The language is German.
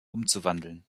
umzuwandeln